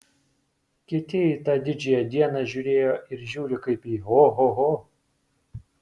kiti į tą didžiąją dieną žiūrėjo ir žiūri kaip į ohoho